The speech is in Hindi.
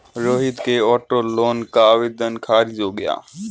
रोहित के ऑटो लोन का आवेदन खारिज हो गया